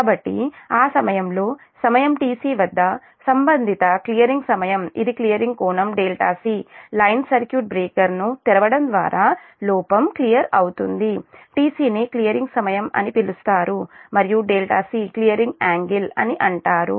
కాబట్టి ఆ సమయంలో సమయం tc వద్ద సంబంధిత క్లియరింగ్ సమయం ఇది క్లియరింగ్ కోణం c లైన్ సర్క్యూట్ బ్రేకర్ను తెరవడం ద్వారా లోపం క్లియర్ అవుతుంది tc ని క్లియరింగ్ సమయం అని పిలుస్తారు మరియు c క్లియరింగ్ యాంగిల్ అని అంటారు